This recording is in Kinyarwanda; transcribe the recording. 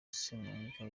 semwanga